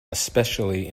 especially